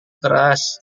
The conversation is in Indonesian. keras